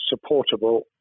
supportable